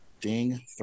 Ding